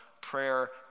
prayer